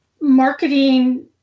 marketing